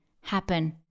happen